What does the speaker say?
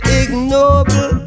ignoble